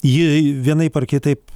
ji vienaip ar kitaip